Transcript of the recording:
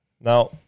now